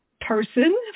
person